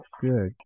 Good